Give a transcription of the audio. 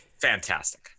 fantastic